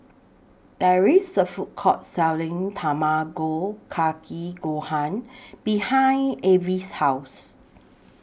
There IS A Food Court Selling Tamago Kake Gohan behind Avis' House